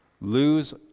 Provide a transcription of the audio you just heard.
Lose